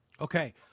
Okay